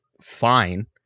fine